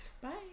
Bye